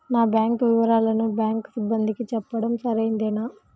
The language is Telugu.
నా బ్యాంకు వివరాలను బ్యాంకు సిబ్బందికి చెప్పడం సరైందేనా?